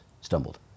stumbled